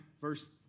verse